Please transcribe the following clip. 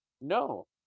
No